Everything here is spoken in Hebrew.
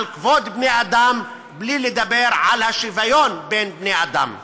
על כבוד בני-אדם, בלי לדבר על שוויון בני-האדם.